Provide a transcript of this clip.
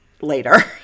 later